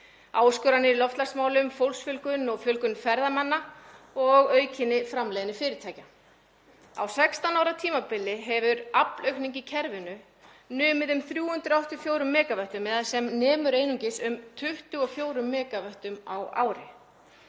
áskoranir í loftslagsmálum, fólksfjölgun og fjölgun ferðamanna og aukna framleiðni fyrirtækja. Á 16 ára tímabili hefur aflaukning í kerfinu numið um 384 MW eða sem nemur einungis um 24 MW á ári.